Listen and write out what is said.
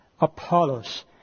Apollos